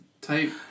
type